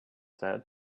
said